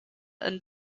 and